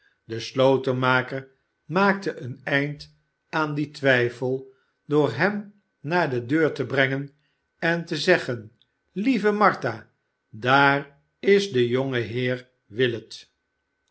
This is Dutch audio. de slotenmaker maakte en einde aan dien twijfel door hem naar de deur te brengen en te zeggen lieve martha daar is de jongeheer willet